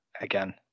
again